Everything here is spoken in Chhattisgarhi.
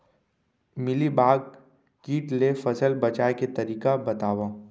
मिलीबाग किट ले फसल बचाए के तरीका बतावव?